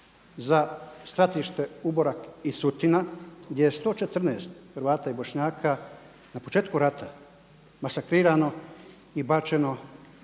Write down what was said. za stratište Uborak i Sutina gdje je 114 Hrvata i Bošnjaka na početku rata masakrirano i bačeno